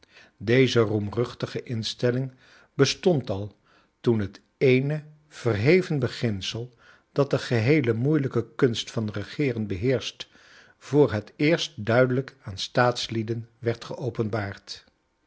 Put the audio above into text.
deze roemruchtige instelling bestond al toen het eene verheven beginsel dat de geheele moeilijke kunst van regeeren beheerscht voor het eerst duidelijk aan staatslieden werd